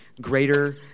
greater